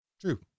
true